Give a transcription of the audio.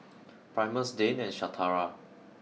Primus Dane and Shatara